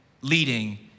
leading